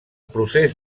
procés